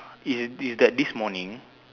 is is that this morning